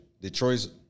Detroit's